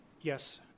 Yes